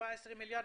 17 מיליארד,